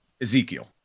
Ezekiel